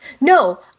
No